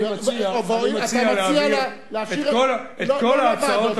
אני מציע להעביר את כל ההצעות המכובדות,